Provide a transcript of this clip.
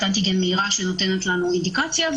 אנטיגן מהירה שנותנת לנו אינדיקציה.